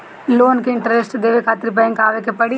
Loan के interest देवे खातिर बैंक आवे के पड़ी?